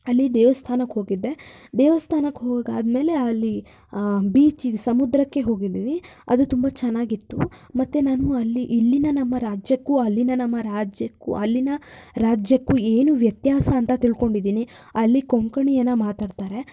ಅಲ್ಲಿ ದೇವಸ್ಥಾನಕ್ಕೆ ಹೋಗಿದ್ದೆ ದೇವಸ್ಥಾನಕ್ಕೆ ಹೋಗಿ ಆದಮೇಲೆ ಅಲ್ಲಿ ಬೀಚ್ ಸಮುದ್ರಕ್ಕೆ ಹೋಗಿದ್ದೀನಿ ಅದು ತುಂಬ ಚೆನ್ನಾಗಿತ್ತು ಮತ್ತು ನಾನು ಅಲ್ಲಿ ಇಲ್ಲಿನ ನಮ್ಮ ರಾಜ್ಯಕ್ಕೂ ಅಲ್ಲಿನ ನಮ್ಮ ರಾಜ್ಯಕ್ಕೂ ಅಲ್ಲಿನ ರಾಜ್ಯಕ್ಕೂ ಏನು ವ್ಯತ್ಯಾಸ ಅಂತ ತಿಳ್ಕೊಂಡಿದ್ದೀನಿ ಅಲ್ಲಿ ಕೊಂಕಣಿಯನ್ನು ಮಾತಾಡ್ತಾರೆ